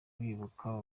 bibuka